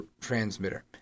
transmitter